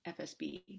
FSB